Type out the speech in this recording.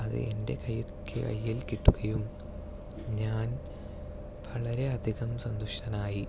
അത് എൻ്റെ കയ്യിൽ കിട്ടുകയും ഞാൻ വളരെ അധികം സന്തുഷ്ടനായി